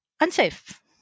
unsafe